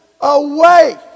away